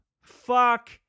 Fuck